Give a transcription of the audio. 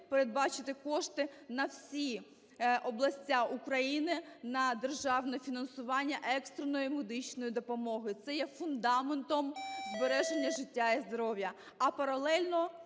передбачити кошти на всі області України на державне фінансування екстреної медичної допомоги. Це є фундаментом збереження життя і здоров'я.